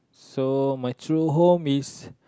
so my true home is